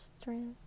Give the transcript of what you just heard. strength